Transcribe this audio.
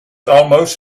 almost